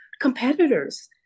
competitors